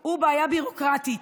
היא בעיה ביורוקרטית.